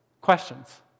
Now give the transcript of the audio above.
questions